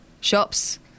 shops